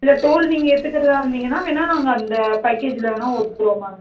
இல்லை டோல் நீங்கள் எடுத்துகிறதா இருந்தீங்கனா வேணுனா நாங்கள் அந்த பேக்கேஜில் வேணுனா ஒத்துக்கிறோம் மேம்